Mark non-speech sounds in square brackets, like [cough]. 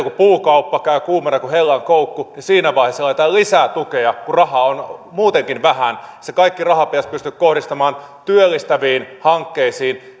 [unintelligible] kun puukauppa käy kuumana kuin hellan koukku niin siinä vaiheessa laitetaan lisää tukea kun rahaa on muutenkin vähän se kaikki raha pitäisi pystyä kohdistamaan työllistäviin hankkeisiin [unintelligible]